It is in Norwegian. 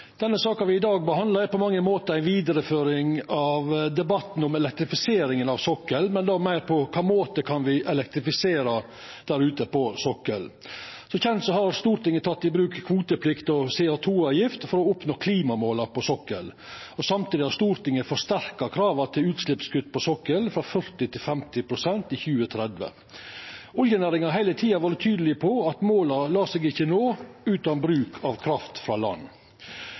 Denne saka vi i dag behandlar, er på mange måtar ei vidareføring av debatten om elektrifiseringa av sokkelen, men då meir på kva måte me kan elektrifisera der ute på sokkelen. Som kjent har Stortinget teke i bruk kvoteplikt og CO 2 -avgift for å oppnå klimamåla på sokkelen. Samtidig har Stortinget forsterka kravet til utslippskutt på sokkelen, frå 40 pst. til 50 pst. i 2030. Oljenæringa har heile tida vore tydeleg på at måla lèt seg ikkje nå utan bruk av kraft frå land.